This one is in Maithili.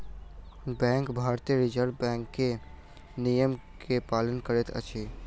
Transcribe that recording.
बैंक भारतीय रिज़र्व बैंक के नियम के पालन करैत अछि